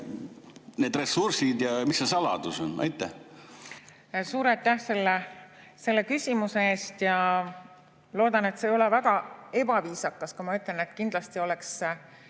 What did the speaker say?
need ressursid ja mis see saladus on? Suur aitäh selle küsimuse eest! Loodan, et see ei ole väga ebaviisakas, kui ma ütlen, et kindlasti oleks